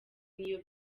n’iyo